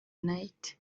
night